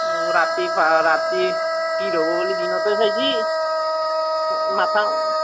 ঔ ৰাতি ৰাতি হবো বুলি দিনতে চাইছি মাথা